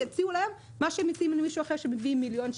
יציעו להם מה שהם מציעים למישהו אחר שמביא מיליון שקל,